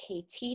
KT